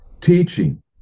teaching